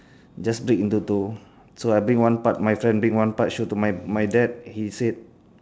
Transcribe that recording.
just break into two so I bring one part my friend bring one part show to my my dad he said